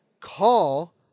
call